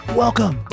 welcome